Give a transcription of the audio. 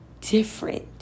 different